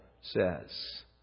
says